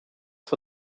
for